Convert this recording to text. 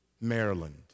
Maryland